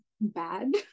bad